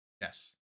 Yes